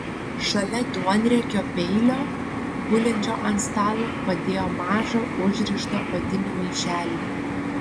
šalia duonriekio peilio gulinčio ant stalo padėjo mažą užrištą odinį maišelį